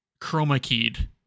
Chroma-keyed